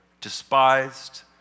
despised